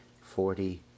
Forty